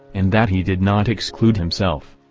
and that he did not exclude himself.